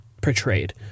portrayed